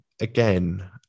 again